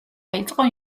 დაიწყო